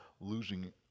losing